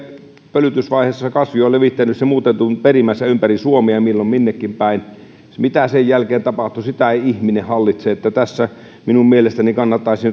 pölytysvaiheessa kasvi on levittänyt sen muutetun perimänsä ympäri suomea milloin minnekin päin mitä sen jälkeen tapahtuu sitä ei ihminen hallitse tässä minun mielestäni kannattaisi